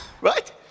Right